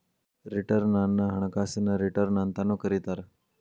return ಅನ್ನ ಹಣಕಾಸಿನ return ಅಂತಾನೂ ಕರಿತಾರ